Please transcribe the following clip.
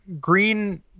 green